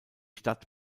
stadt